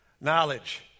Knowledge